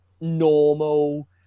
normal